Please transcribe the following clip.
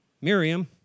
Miriam